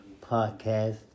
Podcast